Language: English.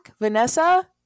vanessa